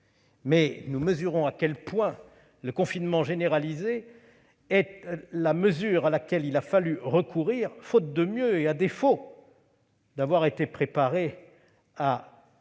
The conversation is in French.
mais nous mesurons à quel point le confinement généralisé est la mesure à laquelle il a fallu recourir faute de mieux, et à défaut d'avoir été préparés à